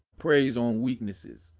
preys on weaknesses.